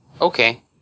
Okay